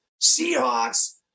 Seahawks